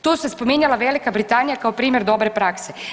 Tu se spominjala Velika Britanija kao primjer dobre prakse.